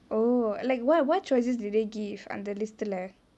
oh like what what choices did they give அந்த:antha list து லே:tu le